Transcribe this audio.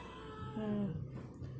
mm